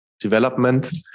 development